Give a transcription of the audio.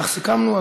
כך סיכמנו,